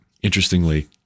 Interestingly